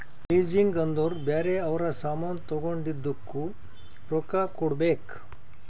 leasing ಅಂದುರ್ ಬ್ಯಾರೆ ಅವ್ರ ಸಾಮಾನ್ ತಗೊಂಡಿದ್ದುಕ್ ರೊಕ್ಕಾ ಕೊಡ್ಬೇಕ್